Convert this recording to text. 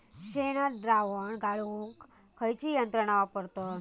शेणद्रावण गाळूक खयची यंत्रणा वापरतत?